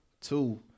two